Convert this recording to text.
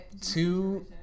Two